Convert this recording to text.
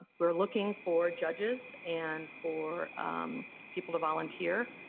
we're looking for judges and for people to volunteer.